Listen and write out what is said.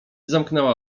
zamknęła